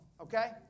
Okay